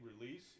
release